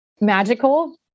magical